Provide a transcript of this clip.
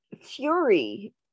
Fury